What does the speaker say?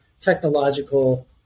technological